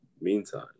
meantime